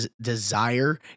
desire